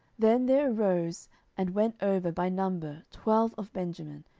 then there arose and went over by number twelve of benjamin,